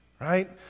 Right